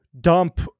dump